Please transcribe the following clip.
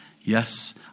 Yes